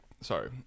sorry